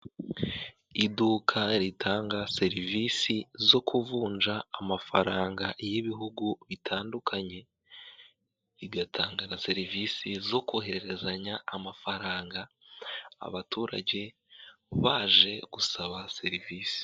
Iduka ritanga serivisi zo kuvunja amafaranga y'ibihugu bitandukanye, rigatanga na serivisi zo kohererezanya amafaranga, abaturage baje gusaba serivisi.